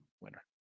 Winner